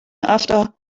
after